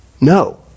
No